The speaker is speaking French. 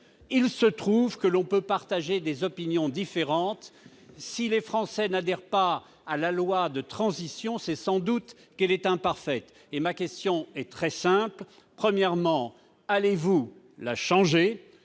Il se trouve que l'on peut partager des opinions différentes : si les Français n'adhèrent pas à la loi de transition énergétique, c'est sans doute qu'elle est imparfaite. Ma question est très simple : allez-vous la changer